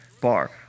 bar